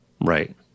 Right